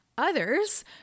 others